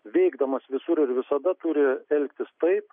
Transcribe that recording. veikdamas visur ir visada turi elgtis taip